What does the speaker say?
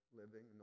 living